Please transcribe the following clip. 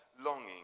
longing